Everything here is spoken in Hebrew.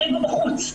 בחוץ,